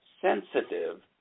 sensitive